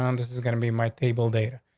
um this is going to be my table date.